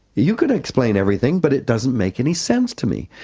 you can explain everything but it doesn't make any sense to me.